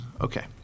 Okay